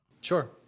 sure